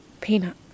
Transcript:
peanut